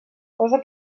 cosa